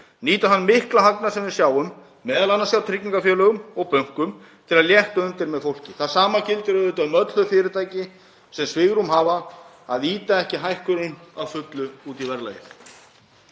nýta þann mikla hagnað sem við sjáum, m.a. hjá tryggingafélögum og bönkum, til að létta undir með fólki. Það sama gildir auðvitað um öll þau fyrirtæki sem svigrúm hafa, að þau ýti ekki hækkunum að fullu út í verðlagið.